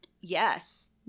Yes